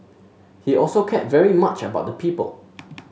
he also cared very much about the people